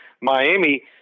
Miami